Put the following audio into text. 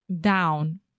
Down